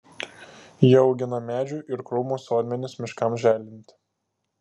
jie augina medžių ir krūmų sodmenis miškams želdinti